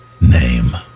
name